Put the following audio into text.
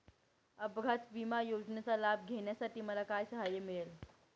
अपघात विमा योजनेचा लाभ घेण्यासाठी मला काय सहाय्य मिळेल?